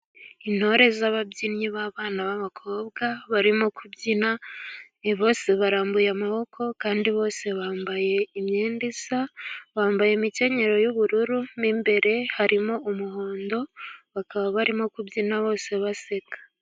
Intore z'ababyinnyi b'abana b'abakobwa barimo kubyina. Bose barambuye amaboko kandi bose bambaye imyenda isa. Bambaye imikenyero y'ubururu mo imbere harimo umuhondo, bakaba barimo kubyina bose baseka.